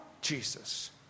Jesus